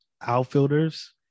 outfielders